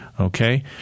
Okay